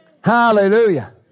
Hallelujah